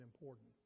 important